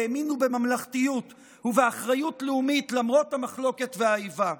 האמינו בממלכתיות ובאחריות לאומית למרות המחלוקת והאיבה.